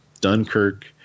Dunkirk